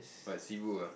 what Cebu ah